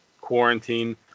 quarantine